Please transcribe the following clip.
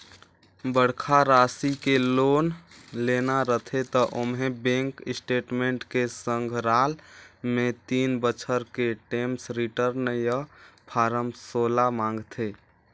बड़खा रासि के लोन लेना रथे त ओम्हें बेंक स्टेटमेंट के संघराल मे तीन बछर के टेम्स रिर्टन य फारम सोला मांगथे